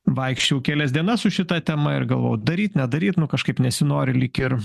vaikščiojau kelias dienas su šita tema ir galvojau daryt nedaryt nu kažkaip nesinori lyg ir